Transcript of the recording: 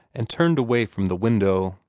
and turned away from the window.